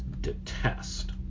detest